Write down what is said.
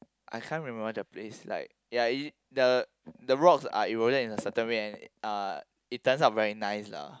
I can't remember the place like ya uh the the rocks are eroded in a certain way and it uh it turns out very nice lah